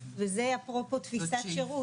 וזה אפרופו תפיסת שירות.